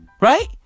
Right